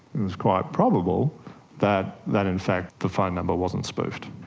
it was quite probable that that in fact the phone number wasn't spoofed.